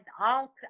out